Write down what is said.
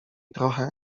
trochę